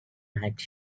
night